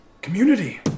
community